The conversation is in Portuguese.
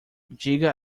diga